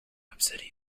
obsidian